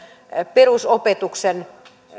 perusopetuksen